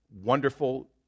Wonderful